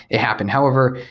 it happened. however,